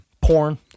Porn